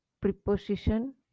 preposition